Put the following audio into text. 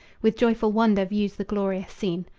with joyful wonder views the glorious scene.